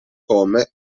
come